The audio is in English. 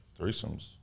Threesomes